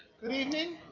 good evening!